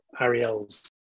Ariel's